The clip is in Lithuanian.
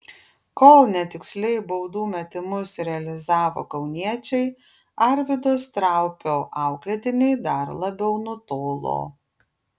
kol netiksliai baudų metimus realizavo kauniečiai arvydo straupio auklėtiniai dar labiau nutolo